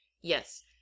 Yes